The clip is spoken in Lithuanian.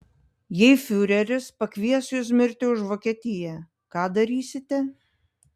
jei fiureris pakvies jus mirti už vokietiją ką darysite